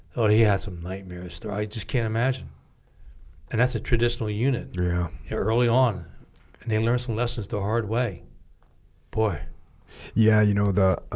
oh he had some nightmares i just can't imagine and that's a traditional unit yeah yeah early on and they learned some lessons the hard way boy yeah you know the